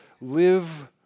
live